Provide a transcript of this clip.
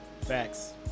facts